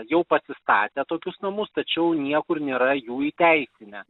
jau pasistatę tokius namus tačiau niekur nėra jų įteisinę